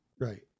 right